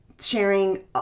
sharing